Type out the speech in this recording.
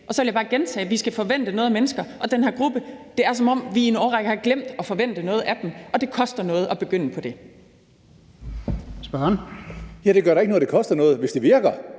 Og så vil jeg bare gentage, at vi skal forvente noget af mennesker. Med hensyn til den her gruppe er det, som om vi i en årrække har glemt at forvente noget af dem, og det koster noget at begynde på det. Kl. 16:13 Fjerde næstformand (Lars-Christian